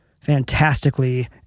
fantastically